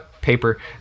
paper